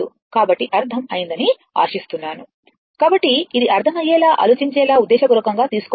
కాబట్టి అర్ధం అయుందని ఆశిస్తున్నాను కాబట్టి ఇది అర్థమయ్యేలా ఆలోచించేలా ఉద్దేశపూర్వకంగా తీసుకోబడింది